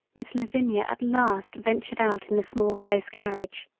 miss lavinia at last ventured out in the small close carriage.